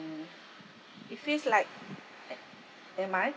it feels like am I